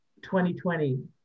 2020